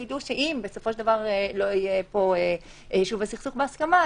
ויידעו שאם לא יהיה פה יישוב סכסוך בהסכמה,